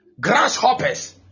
Grasshoppers